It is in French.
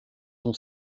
son